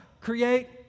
create